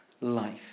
life